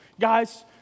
guys